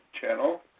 channel